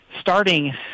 starting